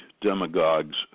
demagogues